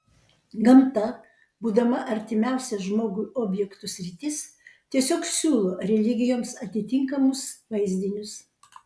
gamta būdama artimiausia žmogui objektų sritis tiesiog siūlo religijoms atitinkamus vaizdinius